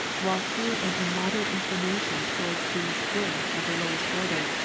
while through an immoderate inclination towards these goods of the lowest order,